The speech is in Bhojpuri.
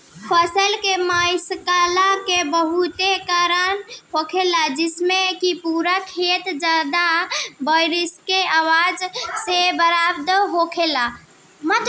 फसल के मरईला के बहुत कारन होला जइसे कि पूरा खेत ज्यादा बारिश के वजह से बर्बाद हो गईल